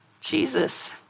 Jesus